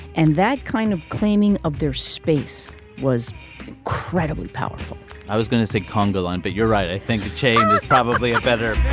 and that kind of claiming of their space was incredibly powerful i was gonna say conga line but you're right i think that change is probably a better